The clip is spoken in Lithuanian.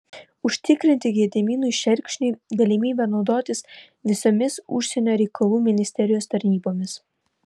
užtikrinti gediminui šerkšniui galimybę naudotis visomis užsienio reikalų ministerijos tarnybomis